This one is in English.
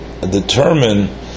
determine